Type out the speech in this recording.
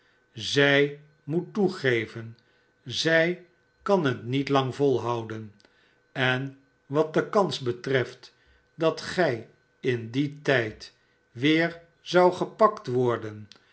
zij moet toegeven zij kan het niet lang volhouden en wat de kans betreft dat gij in dien tijd weer zoudt gepakt worden